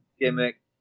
gimmick